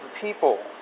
people